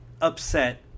upset